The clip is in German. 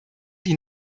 die